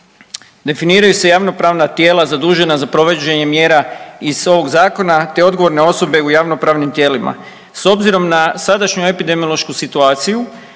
definiraju se javnopravna tijela zadužena za provođenje mjera iz ovog zakona, te odgovorne osobe u javnopravnim tijelima. S obzirom na sadašnju epidemiološku situaciju,